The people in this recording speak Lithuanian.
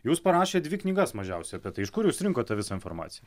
jūs parašėt dvi knygas mažiausiai apie tai iš kur jūs rinkot tą visą informaciją